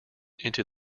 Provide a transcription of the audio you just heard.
into